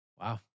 Wow